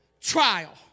trial